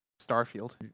starfield